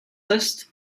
list